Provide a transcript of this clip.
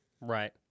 Right